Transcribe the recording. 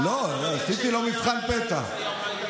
עשיתי לו מבחן פתע.